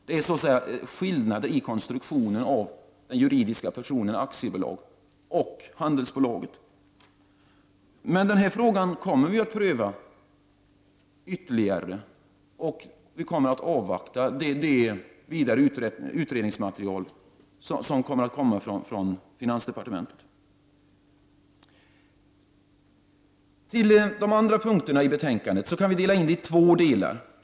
Det rör sig om skillnader beträffande konstruktionen av de juridiska personerna aktiebolag och handelsbolag. Frågan kommer emellertid att prövas ytterligare, och vi kommer att avvakta det ytterligare utredningsmaterialet från finansdepartementet. När det gäller de andra punkterna i betänkandet kan man dela upp det hela i två delar.